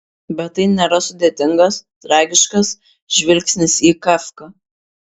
bet tai nėra sudėtingas tragiškas žvilgsnis į kafką